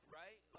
right